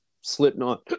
Slipknot